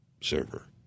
server